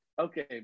Okay